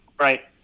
Right